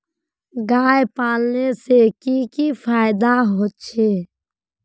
गाय पालने से की की फायदा होचे?